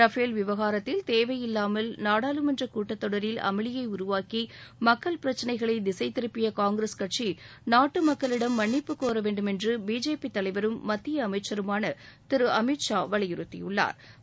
Rafale விவகாரத்தில் தேவையில்லாமல் நாடாளுமன்ற கூட்டத்தொடரில் அமளியை உருவாக்கி மக்கள் பிரச்சினைகளை திசைத்திருப்பிய காங்கிரஸ் கட்சி நாட்டு மக்களிடம் மன்னிப்பு கோர வேண்டுமென்று பிஜேபி தலைவரும் மத்திய அமைச்சருமான திரு அமித்ஷா வலியறுத்தியுள்ளாா்